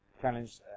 challenge